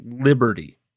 liberty